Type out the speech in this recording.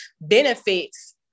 benefits